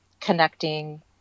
connecting